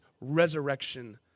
resurrection